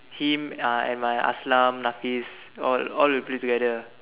him uh and my Aslam Nafiz all all we play together